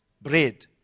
bread